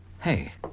Hey